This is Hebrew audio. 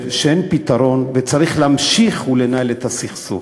שאין פתרון וצריך להמשיך ולנהל את הסכסוך.